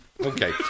Okay